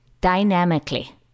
dynamically